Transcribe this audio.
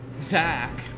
Zach